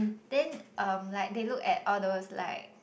then um like they look at all those like